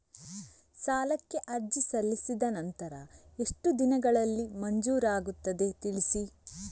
ಸಾಲಕ್ಕೆ ಅರ್ಜಿ ಸಲ್ಲಿಸಿದ ನಂತರ ಎಷ್ಟು ದಿನಗಳಲ್ಲಿ ಮಂಜೂರಾಗುತ್ತದೆ ತಿಳಿಸಿ?